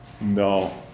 No